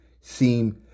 seem